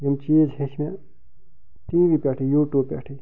یم چیٖز ہیٚچھ مےٚ ٹی وی پٮ۪ٹھٕے یوٗٹیوٗب پٮ۪ٹھٕے